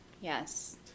yes